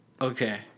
Okay